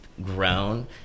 Grown